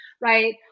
right